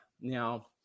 Now